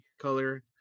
color